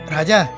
Raja